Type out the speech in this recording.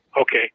Okay